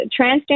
transgender